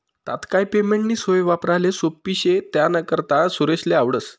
तात्काय पेमेंटनी सोय वापराले सोप्पी शे त्यानाकरता सुरेशले आवडस